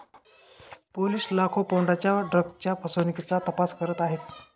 police लाखो पौंडांच्या ड्रग्जच्या फसवणुकीचा तपास करत आहेत